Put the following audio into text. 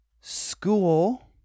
school